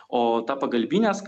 o tą pagalbinės